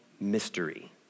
mystery